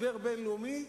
משבר בין-לאומי,